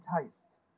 taste